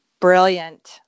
Brilliant